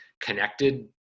connected